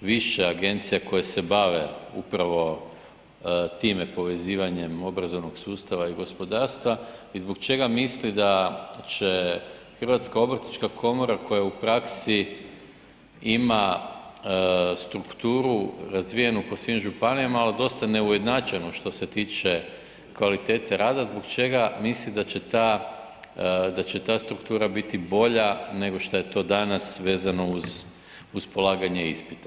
više agencija koje bave upravo time, povezivanjem obrazovnog sustava i gospodarstva i zbog čega misli da će Hrvatska obrtnička komora koja u praksi ima strukturu razvijenu po svim županija, ali dosta neujednačenu što se tiče kvalitete rada, zbog čega misli da će ta struktura biti bolja nego što je to dana vezano uz polaganje ispita.